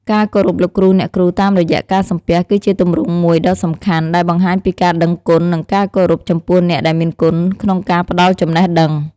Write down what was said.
ការគោរពលោកគ្រូ អ្នកគ្រូតាមរយៈ ការសំពះ គឺជាទម្រង់មួយដ៏សំខាន់ ដែលបង្ហាញពីការដឹងគុណ និងការគោរពចំពោះអ្នកដែលមានគុណក្នុងការផ្ដល់ចំណេះដឹង។